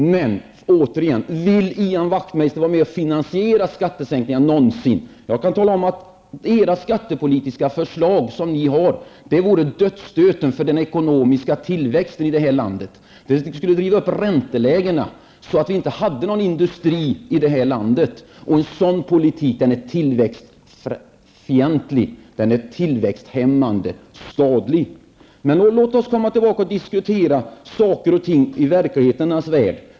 Återigen: Vill Ian Wachtmeister någonsin vara med och finansiera skattesänkningar? Jag kan tala om att de skattepolitiska förslag som ni har vore dödsstöten för den ekonomiska tillväxten i detta land. Det skulle driva upp ränteläget så att vi inte längre hade någon industri i det här landet. En sådan politik är tillväxtfientlig, den är tillväxthämmande och skadlig. Låt oss diskutera saker och ting i verklighetens värld.